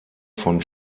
von